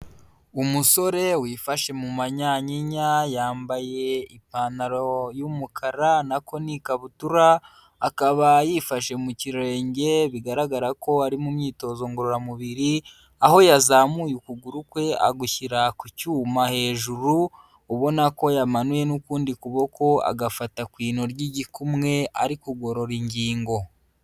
Umusore wifashe mu mayanyinya, yambaye ipantaro y'umukara nako ni ikabutura, akaba yifashe mu kirenge bigaragara ko ari mu myitozo ngororamubiri, aho yazamuye ukuguru kwe agushyira ku cyuma hejuru, ubona ko yamanuye n'ukundi kuboko agafata ku ino ry'igikumwe, ari kugorora ingingo.